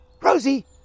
Rosie